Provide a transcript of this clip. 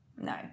No